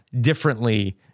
differently